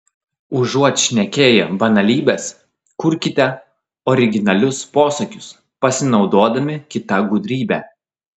užuot šnekėję banalybes kurkite originalius posakius pasinaudodami kita gudrybe